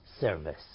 service